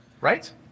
right